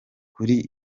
kuri